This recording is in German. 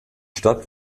stadt